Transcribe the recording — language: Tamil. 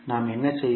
நாம் என்ன செய்வோம்